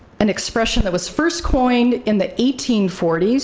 an expression that was first coined in the eighteen forty s,